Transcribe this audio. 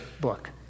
book